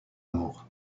moor